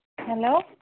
hello